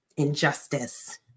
injustice